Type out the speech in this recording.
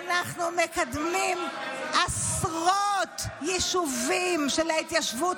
אנחנו מקדמים עשרות יישובים של ההתיישבות